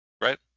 right